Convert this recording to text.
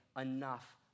enough